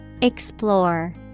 Explore